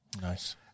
Nice